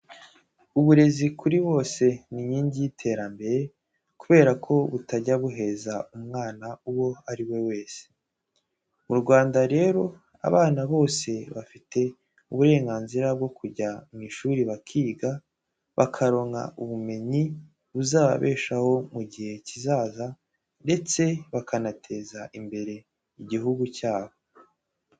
Uburezi kuri bose ni inkingi y'iterambere kubera ko butajya buheza umwana uwo ari we wese. Mu Rwanda rero abana bose bafite uburenganzira bwo kujya mu ishuri bakiga, bakaronka ubumenyi buzababeshaho mu gihe kizaza ndetse bakanateza imbere igihugu cyabo.